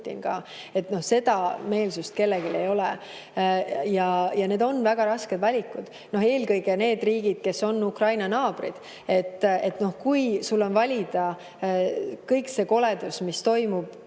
ka. Seda meelsust kellelgi ei ole. Need on väga rasked valikud. Eelkõige nendel riikidel, kes on Ukraina naabrid – kui sul on valida, et kõik see koledus, mis toimub,